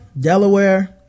Delaware